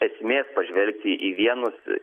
esmės pažvelgti į vienus